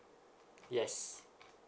yes